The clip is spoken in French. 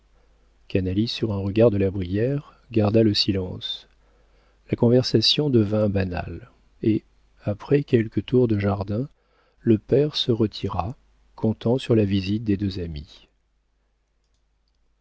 sur un regard de la brière garda le silence la conversation devint banale et après quelques tours de jardin le père se retira comptant sur la visite des deux amis